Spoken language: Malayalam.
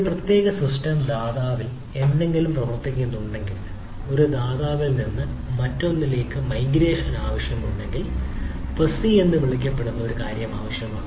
ഒരു പ്രത്യേക സിസ്റ്റം ദാതാവിൽ എന്തെങ്കിലും പ്രവർത്തിക്കുന്നുണ്ടെങ്കിൽ ഒരു ദാതാവിൽ നിന്ന് മറ്റൊന്നിലേക്ക് മൈഗ്രേഷൻ ആവശ്യമുണ്ടെങ്കിൽ ഫസി എന്ന് വിളിക്കപ്പെടുന്ന ഒരു കാര്യം ആവശ്യമാണ്